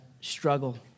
struggle